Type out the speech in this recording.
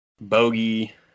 Bogey